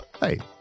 Hey